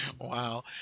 Wow